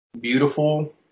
beautiful